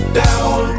down